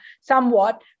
somewhat